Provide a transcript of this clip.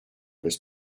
this